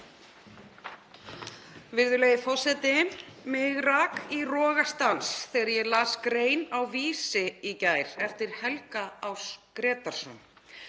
Virðulegi forseti. Mig rak í rogastans þegar ég las grein á Vísi í gær eftir Helga Áss Grétarsson.